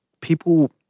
people